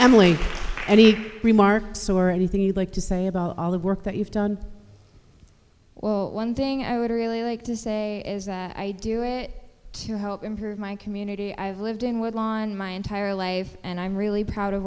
emily and he remarked so or anything you'd like to say about all the work that you've done well one thing i would really like to say is that i do it to help improve my community i've lived in woodlawn my entire life and i'm really proud of